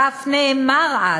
ואף נאמר אז: